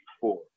four